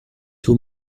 two